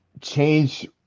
change